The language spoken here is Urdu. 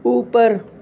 اوپر